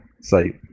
site